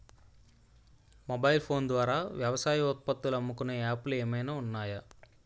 Mobile phone ద్వారా వ్యవసాయ ఉత్పత్తులు అమ్ముకునే యాప్ లు ఏమైనా ఉన్నాయా?